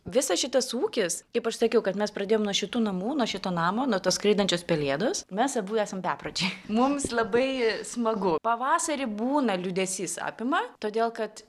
visas šitas ūkis kaip aš sakiau kad mes pradėjom nuo šitų namų nuo šito namo nuo tos skraidančios pelėdos mes abu esam bepročiai mums labai smagu pavasarį būna liūdesys apima todėl kad